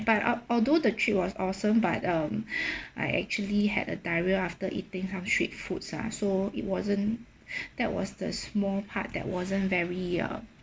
but uh although the trip was awesome but um I actually had a diarrhea after eating some street foods ah so it wasn't that was the small part that wasn't very um